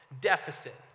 deficit